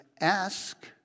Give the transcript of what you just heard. ask